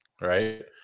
Right